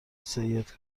سید